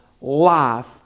life